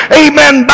amen